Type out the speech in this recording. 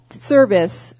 service